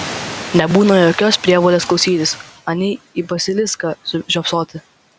nebūna jokios prievolės klausytis anei į basiliską žiopsoti